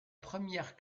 première